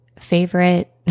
favorite